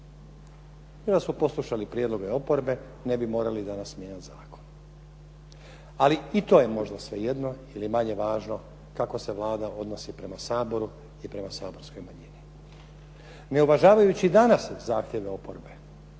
I da su poslušali prijedlog oporbe ne bi morali danas mijenjati zakon. Ali i to je možda svejedno ili manje važno kako se Vlada odnosi prema Saboru i prema saborskoj manjini. Ne uvažavajući danas zahtjeve oporbe,